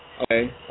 Okay